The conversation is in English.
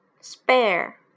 Spare